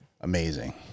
amazing